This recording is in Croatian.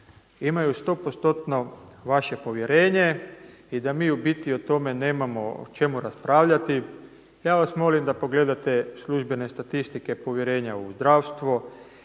imaju 100% vaše povjerenje i da mi u biti o tome nemamo o čemu raspravljati. Ja vas molim da pogledate službene statistike povjerenja u zdravstvo,